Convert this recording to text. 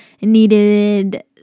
needed